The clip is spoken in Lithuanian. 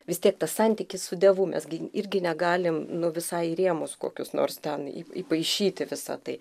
vis tiek tas santykis su dievu mes gi irgi negalim nu visai į rėmus kokius nors ten į įpaišyti visa tai